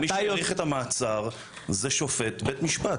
מי שהאריך את המעצר זה שופט בית משפט.